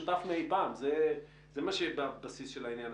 מפריעה לשנייה: אם לא יפתחו את הגנים,